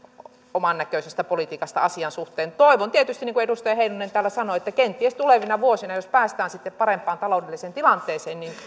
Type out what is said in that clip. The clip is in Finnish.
oman näköisestä politiikasta asian suhteen toivon tietysti niin kuin edustaja heinonen täällä sanoi että kenties tulevina vuosina jos päästään sitten parempaan taloudelliseen tilanteeseen